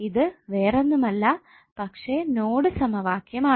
ഇത് വേറൊന്നുമല്ല പക്ഷെ നോഡ് സമവാക്യം ആണ്